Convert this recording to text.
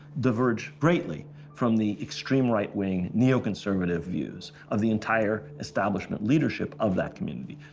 diverge greatly from the extreme right-wing, neoconservative views of the entire establishment leadership of that community.